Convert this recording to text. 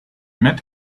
met